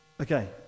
Okay